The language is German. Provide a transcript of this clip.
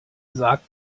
sagt